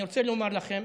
אני רוצה לומר לכם